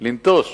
לנטוש